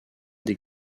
des